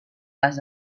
les